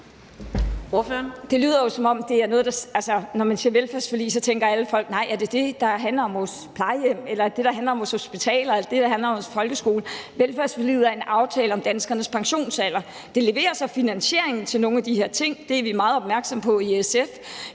Når man siger velfærdsforlig, tænker alle folk: Er det det, der handler om vores plejehjem, eller er det det, der handler om vores hospitaler eller om vores folkeskole? Velfærdsforliget er en aftale om danskernes pensionsalder. Det leverer så finansieringen til nogle af de her ting – det er vi meget opmærksomme på i SF.